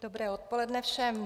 Dobré odpoledne všem.